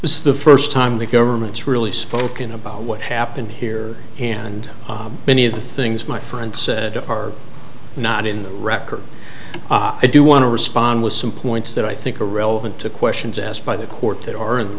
this is the first time the government's really spoken about what happened here and many of the things my friend said are not in the record i do want to respond with some points that i think are relevant to questions asked by the court that are in the